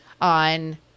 on